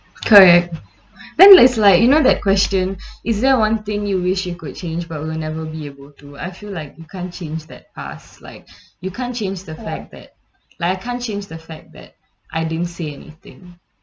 correct then there's like you know that question is there one thing you wish you could change but will never be able to I feel like you can't change that past like you can't change the fact that like I can't change the fact that I didn't say anything